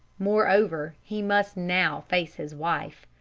moreover, he must now face his wife.